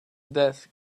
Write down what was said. desk